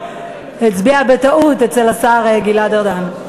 הצביע בטעות אצל השר גלעד ארדן.